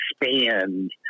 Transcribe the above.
expand